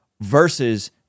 versus